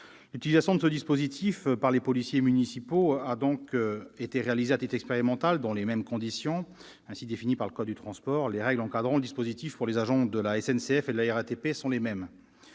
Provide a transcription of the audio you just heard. L'utilisation de ce dispositif par les policiers municipaux a donc été réalisée à titre expérimental dans les mêmes conditions. Ainsi définies par le code des transports, les règles encadrant le dispositif pour les agents de la SNCF et de la RATP sont les mêmes.